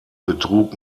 betrug